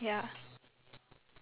okay your turn